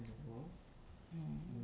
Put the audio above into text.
mm